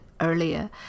Earlier